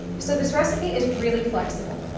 so this recipe is really flexible.